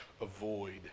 avoid